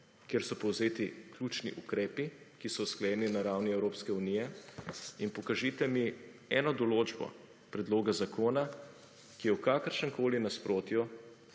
kjer so povzeti ključni ukrepi, ki so sklenjeni na ravni Evropske unije. In pokažite mi eno določbo predloga zakona, ki je v kakršnemkoli nasprotju